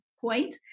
point